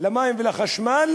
למים ולחשמל,